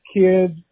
kids